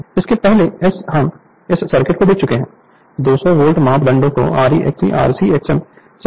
Refer Slide Time 2834 इससे पहले हम इस सर्किट को देख चुके हैं 200 वोल्ट मापदंडों को Re1 Xe1 Rc Xm सभी दिए गए हैं